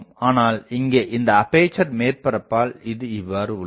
ஆனால் இங்கே இந்த அப்பேசர் மேற்பரப்பால் இது இவ்வாறு உள்ளது